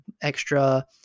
extra